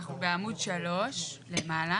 אנחנו בעמוד 3 למעלה,